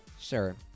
Sure